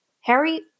Harry